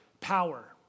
power